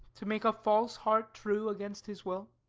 to make a false heart true against his will.